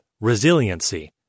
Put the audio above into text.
resiliency